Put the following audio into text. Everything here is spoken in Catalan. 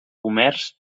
comerç